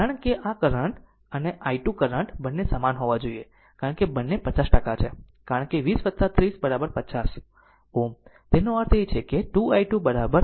કારણ કે આ કરંટ અને i2 કરંટ બંને સમાન હોવા જોઈએ કારણ કે બંને 50 છે કારણ કે 20 30 50 Ω તેનો અર્થ છે 2 i2 r i1